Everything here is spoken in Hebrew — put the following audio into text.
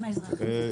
גם האזרחים זה ציונות.